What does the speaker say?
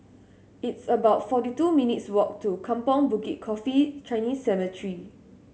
it's about forty two minutes' walk to Kampong Bukit Coffee Chinese Cemetery